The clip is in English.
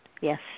Yes